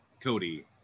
Cody